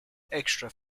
extra